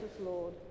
Lord